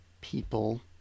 people